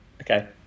Okay